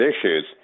issues